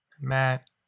Matt